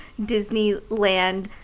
Disneyland